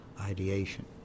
ideation